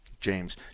James